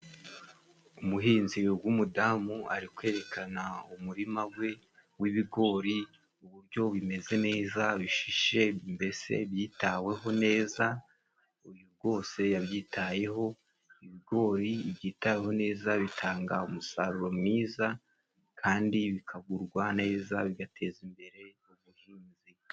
Umuhinzi w'umudamu ari kwerekana umurima we w'ibigori uburyo bimeze neza, bishishe mbese byitaweho neza uyu rwose yabyitayeho ibigori byita neza bitanga umusaruro mwiza, kandi bikagurwa neza bigateza imbere ubuhinzi.